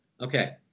okay